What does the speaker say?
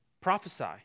prophesy